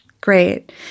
Great